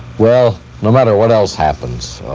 well no matter what else happens,